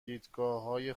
دیدگاههای